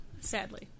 sadly